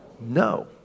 No